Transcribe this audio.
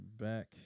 back